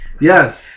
yes